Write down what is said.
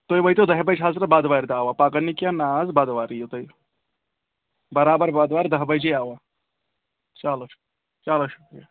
تُہۍ وٲتِو دَہہِ بَجہِ حضرت بۄدوارِ دۄہ پَگہہ نہٕ کینٛہہ نا حظ بۄدوار یِیِو تُہۍ بَرابَر بۄدوار دَہ بَجے اَوا چلو چلو شُکریا